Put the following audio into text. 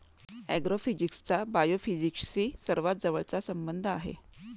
ऍग्रोफिजिक्सचा बायोफिजिक्सशी सर्वात जवळचा संबंध आहे